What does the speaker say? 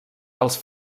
als